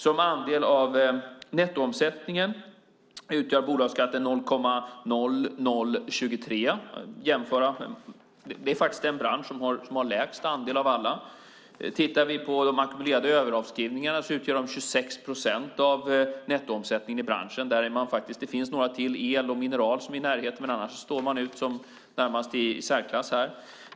Som andel av nettoomsättningen utgör bolagsskatten 0,0023 procent. Det är faktiskt den bransch som har lägst andel av alla. Tittar vi på de ackumulerade överavskrivningarna utgör de 26 procent av nettoomsättningen i branschen. Det finns några till, el och mineral, som ligger i närheten, men annars står man närmast i särklass.